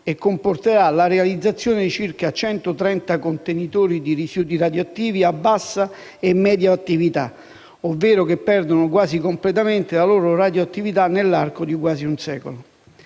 e comporterà la realizzazione di circa centotrenta contenitori di rifiuti radioattivi a bassa e media attività, ovvero che perdono quasi completamente la loro radioattività nell'arco di quasi un secolo.